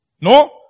No